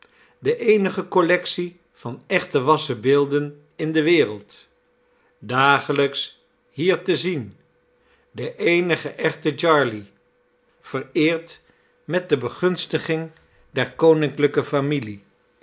de eenige collectie van echte wassen beelden in d e wereld dagelijks hier te zien de eenige echte jarley vereerd met de begunstiging der koninklijke familie